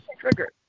trigger